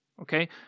okay